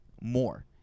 more